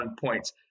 points